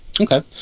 Okay